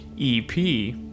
EP